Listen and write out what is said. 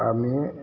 আমি